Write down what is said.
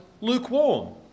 lukewarm